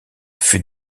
fut